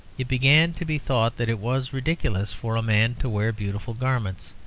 it began to be thought that it was ridiculous for a man to wear beautiful garments,